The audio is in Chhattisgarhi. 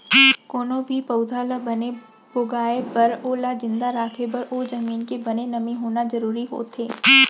कोनो भी पउधा ल बने भोगाय बर ओला जिंदा राखे बर ओ जमीन के बने नमी होना जरूरी होथे